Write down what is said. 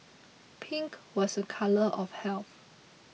pink was a colour of health